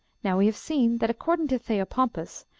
now we have seen that, according to theopompus,